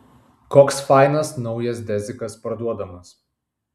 koks fainas naujas dezikas parduodamas